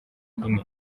nkine